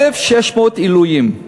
1,600 עילויים.